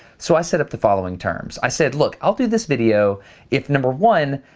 so i set up the following terms. i said, look, i'll do this video if, number one,